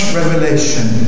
revelation